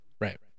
right